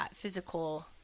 physical